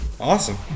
Awesome